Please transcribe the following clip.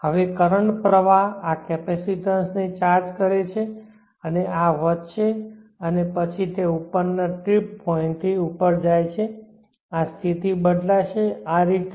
હવે કરંટ પ્રવાહ આ કેપેસિટીન્સને ચાર્જ કરે છે અને આ વધશે અને પછી તે ઉપરના ટ્રિપ પોઇન્ટથી ઉપર જાય છે આ સ્થિતિ બદલાશે આ રીતે